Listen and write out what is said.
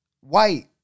White